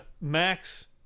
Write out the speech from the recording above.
Max